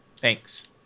Thanks